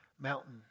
mountain